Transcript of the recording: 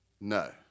no